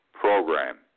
Program